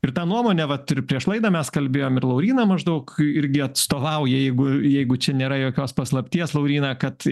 ir tą nuomonę vat ir prieš laidą mes kalbėjom ir lauryna maždaug irgi atstovauja jeigu jeigu čia nėra jokios paslapties lauryna kad